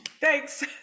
thanks